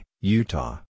Utah